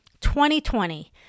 2020